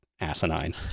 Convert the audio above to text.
asinine